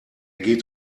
geht